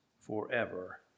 forever